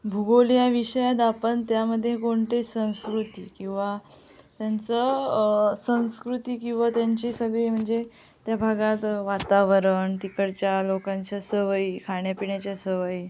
भूगोल या विषयात आपण त्यामध्ये कोणते संस्कृती किवा त्यांचं संस्कृती किंवा त्यांची सगळी म्हणजे त्या भागात वातावरण तिकडच्या लोकांच्या सवयी खाण्यापिण्याच्या सवयी